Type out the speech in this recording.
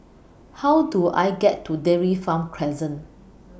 How Do I get to Dairy Farm Crescent